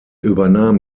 übernahm